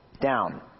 down